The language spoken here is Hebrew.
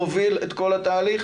מוביל את כל התהליך